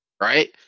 Right